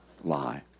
lie